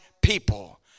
people